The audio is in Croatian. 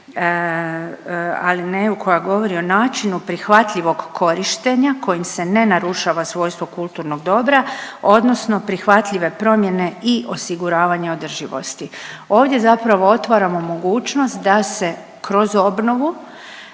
alineju koja govori o načinu prihvatljivog korištenja kojim se ne narušava svojstvo kulturnog dobra odnosno prihvatljive promjene i osiguravanje održivosti. Ovdje zapravo otvaramo mogućnost da se kroz obnovu